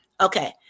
Okay